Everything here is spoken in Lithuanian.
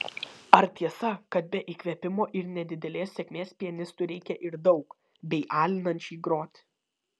ar tiesa kad be įkvėpimo ir nedidelės sėkmės pianistui reikia ir daug bei alinančiai groti